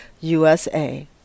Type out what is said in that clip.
USA